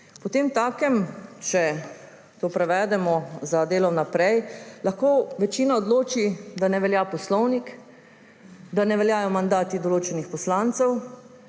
Potemtakem, če to prevedemo za delo naprej, lahko večina odloči, da ne velja poslovnik, da ne veljajo mandati določenih poslancev.